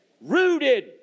Rooted